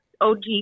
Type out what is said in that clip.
og